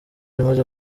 imaze